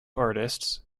artists